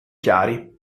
chiari